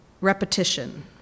repetition